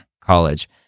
college